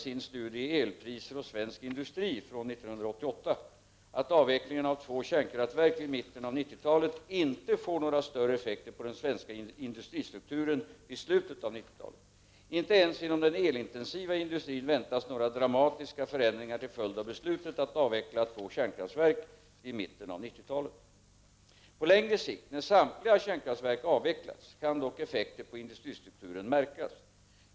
1988:7, att avvecklingen av två kärnkraftverk vid mitten av 1990-talet inte får några större effekter på den svenska industristrukturen vid slutet av 1990 talet. Inte ens inom den elintensiva industrin väntas några dramatiska förändringar till följd av beslutet att avveckla två kärnkraftverk vid mitten av 1990-talet. På längre sikt, när samtliga kärnkraftverk avvecklats, kan dock effekter på industristrukturen märkas.